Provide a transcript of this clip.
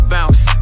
Bounce